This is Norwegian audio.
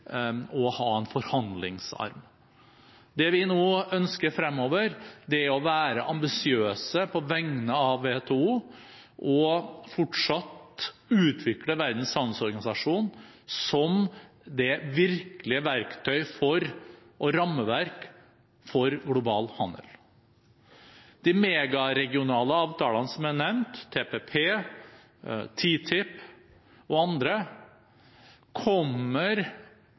å ha en forhandlingsarm. Det vi nå ønsker fremover, er å være ambisiøse på vegne av WTO, og fortsatt utvikle Verdens handelsorganisasjon som det virkelige verktøy og rammeverk for global handel. De megaregionale avtalene som er nevnt, TPP, TTIP og andre, kommer